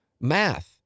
math